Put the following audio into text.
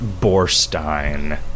Borstein